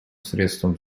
средством